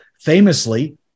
famously